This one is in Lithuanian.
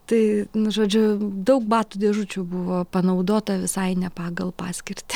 tai nu žodžiu daug batų dėžučių buvo panaudota visai ne pagal paskirtį